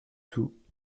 tout